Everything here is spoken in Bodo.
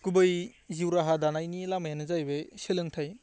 गुबै जिउ राहा दानायनि लामायानो जाहैबाय सोलोंथाइ